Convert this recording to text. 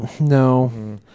no